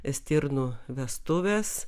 stirnų vestuvės